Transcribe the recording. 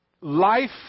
life